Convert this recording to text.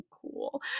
cool